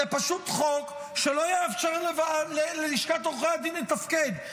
זה פשוט חוק שלא יאפשר ללשכת עורכי הדין לתפקד.